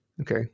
Okay